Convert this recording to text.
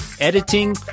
editing